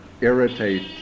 irritate